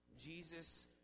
Jesus